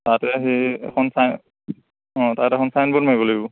তাতে সেই এখন চাই অঁ তাত এখন চাইনবৰ্ড মাৰিব লাগিব